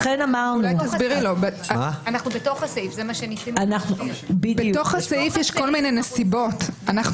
בתוך הסעיף יש כל מיני נסיבות,